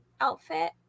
outfit